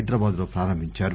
హైదరాబాద్ లో ప్రారంభించారు